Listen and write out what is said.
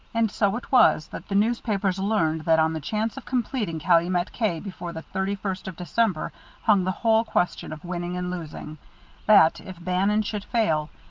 and so it was that the newspapers learned that on the chance of completing calumet k before the thirty-first of december hung the whole question of winning and losing that if bannon should fail,